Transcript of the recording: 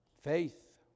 faith